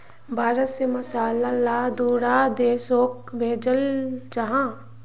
भारत से मसाला ला दुसरा देशोक भेजल जहा